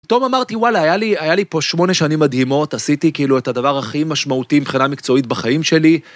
פתאום אמרתי, וואלה, היה לי פה שמונה שנים מדהימות, עשיתי כאילו את הדבר הכי משמעותי מבחינה מקצועית בחיים שלי.